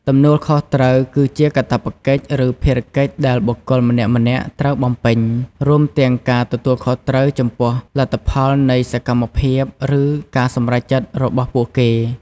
ទំនួលខុសត្រូវ គឺជាកាតព្វកិច្ច ឬភារកិច្ចដែលបុគ្គលម្នាក់ៗត្រូវបំពេញ រួមទាំងការទទួលខុសត្រូវចំពោះលទ្ធផលនៃសកម្មភាព ឬការសម្រេចចិត្តរបស់ពួកគេ។